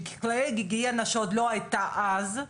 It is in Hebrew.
מכללי היגיינה שעוד לא הייתה אז.